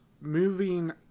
moving